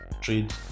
trade